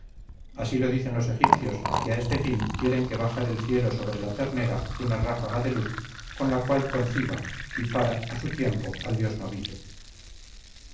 así lo dicen los egipcios que a este fin quieren que baje del cielo sobre la ternera una ráfaga de luz con la cual conciba y para a su tiempo al dios novillo